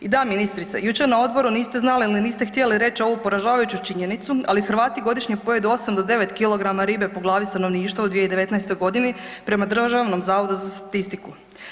I da ministrice, jučer na odboru niste znali ili niste htjeli reći ovu poražavajuću činjenicu ali Hrvati godišnje pojedu 8 do 9 kg ribe po glavi stanovništva u 2019. godini prema Državnom zavodu za statistiku.